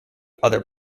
other